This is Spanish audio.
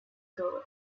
todo